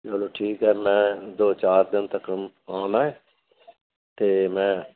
ਚਲੋ ਠੀਕ ਹੈ ਮੈਂ ਦੋ ਚਾਰ ਦਿਨ ਤੱਕ ਨੂੰ ਆਉਣਾ ਅਤੇ ਮੈਂ